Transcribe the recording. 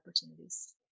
opportunities